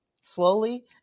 slowly